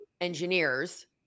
engineers